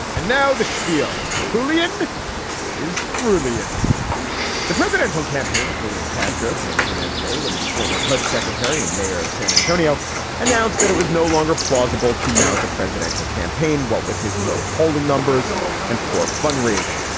and now the schpiel hooligan is. threw me in the presidential campaign of julian castro, came to an end today when the former hud secretary and mayor of san antonio announced that it was no longer plausible to mount a presidential campaign, what with his low polling numbers and poor fundraising.